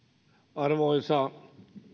arvoisa